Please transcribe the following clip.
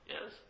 Yes